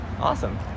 awesome